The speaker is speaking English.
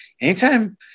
anytime